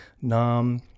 nam